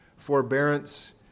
forbearance